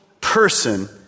person